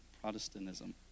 Protestantism